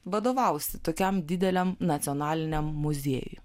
vadovausi tokiam dideliam nacionaliniam muziejui